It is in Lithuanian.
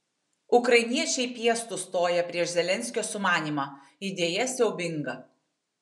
ukrainiečiai piestu stoja prieš zelenskio sumanymą idėja siaubinga